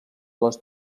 les